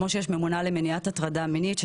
כמו שיש ממונה למניעת הטרדה מינית אנחנו